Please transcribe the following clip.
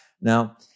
Now